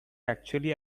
actually